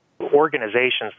Organizations